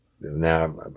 Now